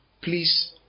please